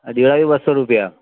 અઢીસોથી બસો રૂપિયા